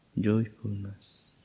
joyfulness